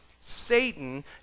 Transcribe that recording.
Satan